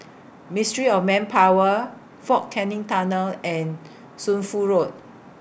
Ministry of Manpower Fort Canning Tunnel and Shunfu Road